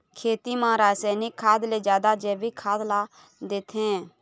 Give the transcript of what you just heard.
खेती म रसायनिक खाद ले जादा जैविक खाद ला देथे